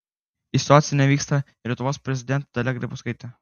į sočį nevyksta ir lietuvos prezidentė dalia grybauskaitė